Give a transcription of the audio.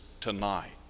tonight